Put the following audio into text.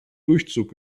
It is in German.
durchzug